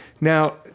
Now